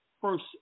first